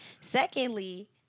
Secondly